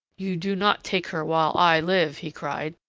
you do not take her while i live! he cried.